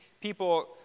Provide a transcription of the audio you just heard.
people